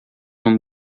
uma